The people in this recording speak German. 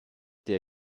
der